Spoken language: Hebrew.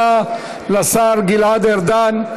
תודה לשר גלעד ארדן.